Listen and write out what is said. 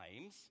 times